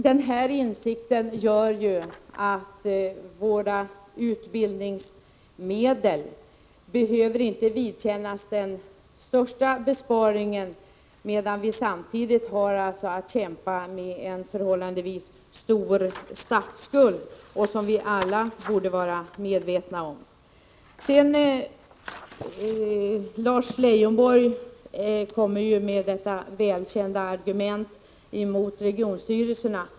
Den insikten gör att våra utbildningsmedel inte behöver vidkännas den största besparingen, medan vi samtidigt har att kämpa med en förhållandevis stor statsskuld, vilket vi alla borde vara medvetna om. Lars Leijonborg kommer ju med välkända argument mot regionstyrelserna.